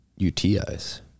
UTIs